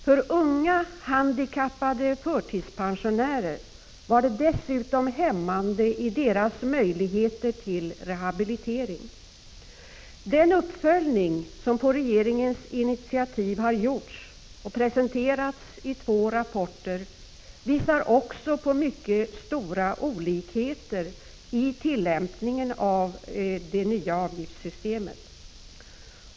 För unga handikappade förtidspensionärer var avgiftssystemet dessutom hämmande för deras möjligheter till rehabilitering. Den uppföljning som på regeringens initiativ har gjorts och som presenterats i två rapporter visar också på mycket stora olikheter i tillämpningen av det nya avgiftssystemet.